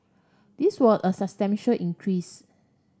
this was a substantial increase